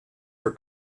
for